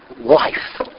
life